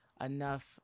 enough